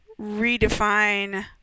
redefine